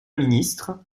ministre